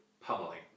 pummeling